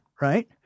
Right